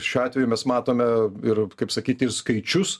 šiuo atveju mes matome ir kaip sakyti ir skaičius